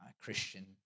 Christian